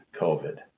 COVID